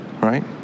right